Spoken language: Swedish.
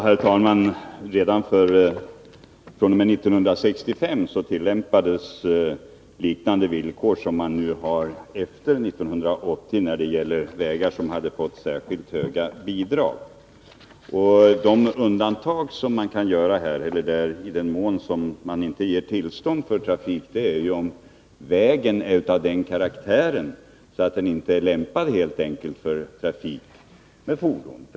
Herr talman! Redan fr.o.m. 1965 tillämpades liknande villkor som man nu har efter 1980 när det gäller vägar som hade fått särskilt höga bidrag. De undantag som man kan göra i den mån man inte ger tillstånd för trafik avser om vägen är av den karaktären att den helt enkelt inte är lämpad för trafik med fordon.